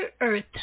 earth